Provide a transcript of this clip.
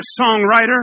songwriter